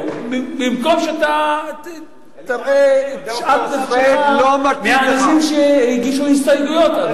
במקום להביע תרעומת כלפי חברי הכנסת שהגישו הסתייגויות לחוק.